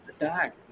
Attack